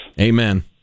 Amen